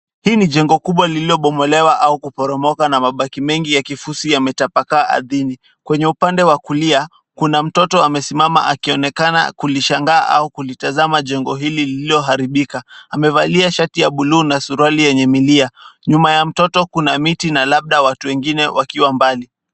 Hii ni jengo kubwa lilibomolewa au kuporomoka na mabaki mengi ya kifusi yametapakaa ardhini ,kwenye upande wa kulia ,Kuna mtoto amesimama akionekana kulishangaa au kulitazama jengo hili lililoharibika Amevalia shati ya buluu na suruali yenye milia. Nyuma ya mtoto ,kuna miti na labda watu wengine wakiwa mbali.